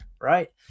right